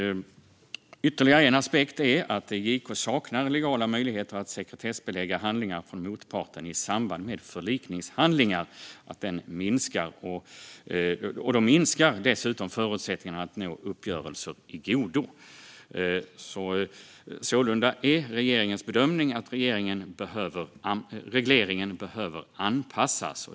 Ytterligare en aspekt är att JK saknar legala möjligheter att sekretessbelägga handlingar från motparten i samband med förlikningshandlingar, och då minskar dessutom förutsättningarna att nå uppgörelser i godo. Sålunda är regeringens bedömning att regleringen behöver anpassas.